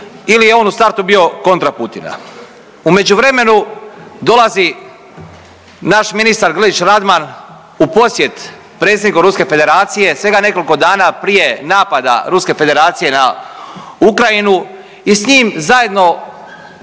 ili je on u startu bio kontra Putina. U međuvremenu dolazi naš ministar Grlić Radman u posjet predsjedniku Ruske Federacije svega nekoliko dana prije napada Ruske Federacije na Ukrajinu i s njim zajedno